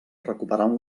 recuperant